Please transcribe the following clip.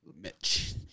Mitch